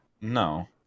No